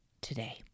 today